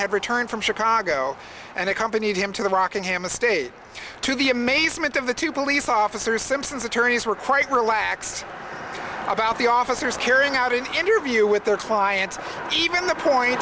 had returned from chicago and accompanied him to the rockingham estate to the amazement of the two police officers simpson's attorneys were quite relaxed about the officers carrying out an interview with their clients even the point